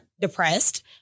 depressed